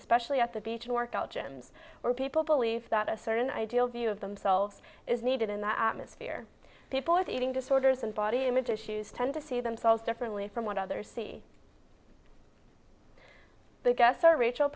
especially at the beach workout gyms where people believe that a certain ideal view of themselves is needed in the atmosphere people with eating disorders and body image issues tend to see themselves differently from what others see the guests are rachel